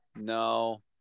No